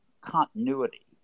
continuity